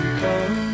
come